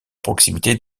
proximité